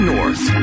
North